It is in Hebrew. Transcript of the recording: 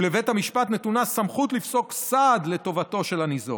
ולבית המשפט נתונה סמכות לפסוק סעד לטובתו של הניזוק.